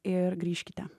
ir grįžkite